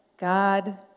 God